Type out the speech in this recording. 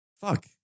fuck